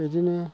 बिदिनो